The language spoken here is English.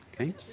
okay